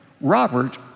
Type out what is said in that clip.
Robert